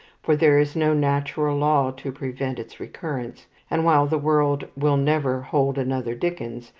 for there is no natural law to prevent its recurrence and while the world will never hold another dickens,